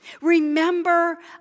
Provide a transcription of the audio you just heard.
Remember